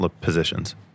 positions